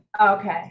Okay